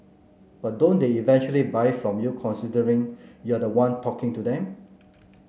but don't they eventually buy from you considering you're the one talking to them